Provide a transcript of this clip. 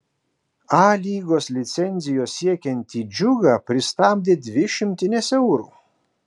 a lygos licencijos siekiantį džiugą pristabdė dvi šimtinės eurų